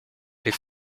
les